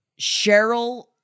Cheryl